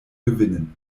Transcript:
gewinnen